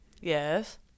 yes